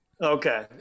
Okay